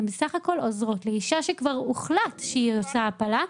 הן בסך הכול עוזרות לאישה שכבר הוחלט שהיא עושה הפלה,